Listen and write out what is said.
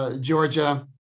Georgia